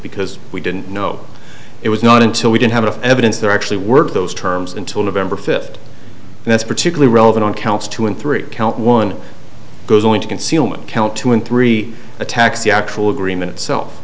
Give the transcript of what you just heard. because we didn't know it was not until we didn't have enough evidence that actually worked those terms until november fifth that's particularly relevant on counts two and three count one goes on to concealment count two and three attacks the actual agreement itself